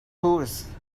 course